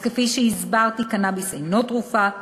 אז כפי שהסברתי, קנאביס אינו תרופה,